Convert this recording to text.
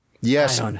Yes